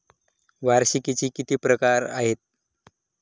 वार्षिकींचे किती प्रकार आहेत?